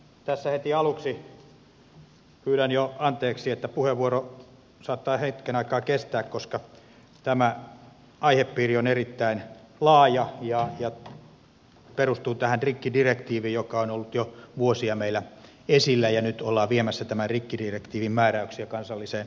tässä jo heti aluksi pyydän anteeksi että puheenvuoro saattaa hetken aikaa kestää koska tämä aihepiiri on erittäin laaja ja perustuu rikkidirektiiviin joka on ollut jo vuosia meillä esillä ja nyt ollaan viemässä tämän rikkidirektiivin määräyksiä kansalliseen lainsäädäntöön